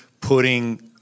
putting